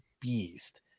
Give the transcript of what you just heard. beast